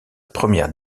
première